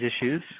issues